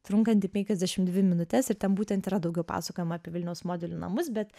trunkanti penkiasdešimt dvi minutes ir ten būtent yra daugiau pasakojama apie vilniaus modelių namus bet